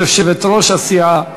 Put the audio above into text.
יושבת-ראש הסיעה,